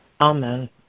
Amen